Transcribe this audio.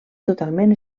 totalment